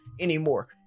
anymore